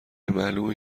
معلومه